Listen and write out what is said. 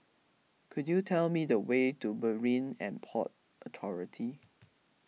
could you tell me the way to Marine and Port Authority